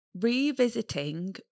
revisiting